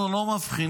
אנחנו לא מבחינים,